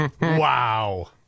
Wow